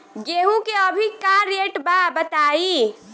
गेहूं के अभी का रेट बा बताई?